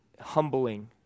humbling